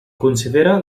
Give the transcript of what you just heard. considera